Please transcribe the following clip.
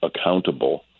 accountable